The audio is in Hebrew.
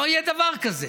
לא יהיה דבר כזה.